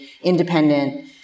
independent